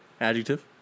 Adjective